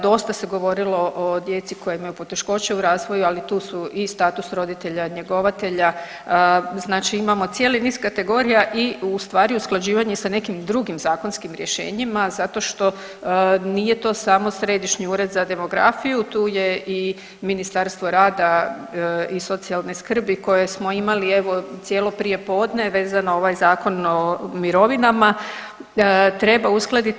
Dosta se govorilo o djeci koja imaju poteškoće u razvoju, ali tu su i status roditelja njegovatelja, znači imamo cijeli niz kategorija i u stvari usklađivanje sa nekim drugim zakonskim rješenjima zato što nije to samo Središnji ured za demografiju, tu je i Ministarstvo rada i socijalne skrbi koje smo imali evo cijelo prijepodne vezano na ovaj Zakon o mirovinama treba uskladiti.